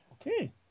Okay